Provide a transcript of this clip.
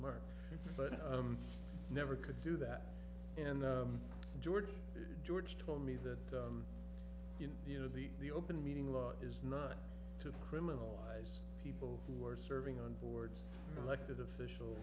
mark but i never could do that and george george told me that you know the the open meeting law is not to criminalize people who are serving on boards elected officials